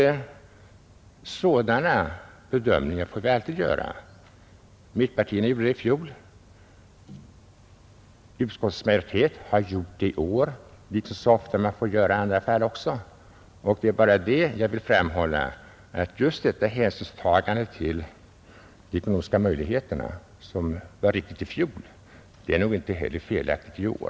Sådana bedömningar måste vi alltid göra. Mittenpartierna gjorde det i fjol, och utskottsmajoriteten har gjort det i år. Det är bara det jag vill framhålla — att detta hänsynstagande till de ekonomiska möjligheterna, som mittenpartierna ansåg vara riktigt i fjol, inte heller är felaktigt i år.